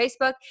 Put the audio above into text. Facebook